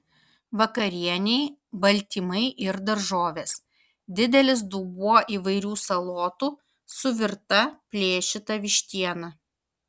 vakarienei baltymai ir daržovės didelis dubuo įvairių salotų su virta plėšyta vištiena